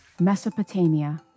Mesopotamia